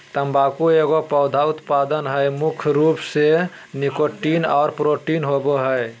तम्बाकू एगो पौधा उत्पाद हइ मुख्य रूप से निकोटीन और प्रोटीन होबो हइ